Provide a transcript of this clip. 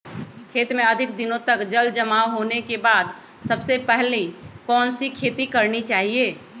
खेत में अधिक दिनों तक जल जमाओ होने के बाद सबसे पहली कौन सी खेती करनी चाहिए?